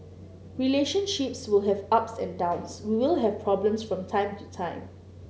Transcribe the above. relationships will have ups and downs we will have problems from time to time